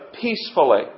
peacefully